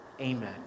amen